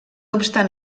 obstant